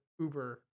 Uber